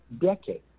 decade